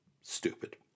stupid